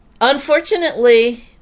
Unfortunately